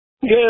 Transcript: Good